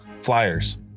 flyers